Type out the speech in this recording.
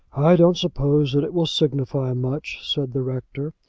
i don't suppose that it will signify much, said the rector.